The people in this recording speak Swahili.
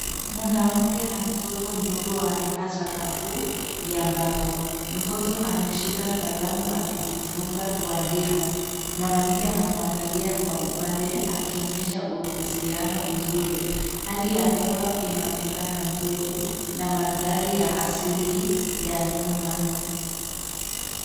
Mwanamke na mtoto mdogo wamekaa sakafu ya mbao, mtoto ameshika kalamu akijifunza kuandika. Mwanamke anamwangalia kwa upande akionyesha uhusiano mzuri hali ya hewa inaoneka nzuri na mandahri ya asili ya nyuma.